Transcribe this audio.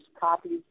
copies